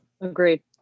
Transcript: Agreed